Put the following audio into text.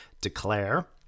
Declare